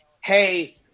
Hey